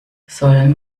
sollen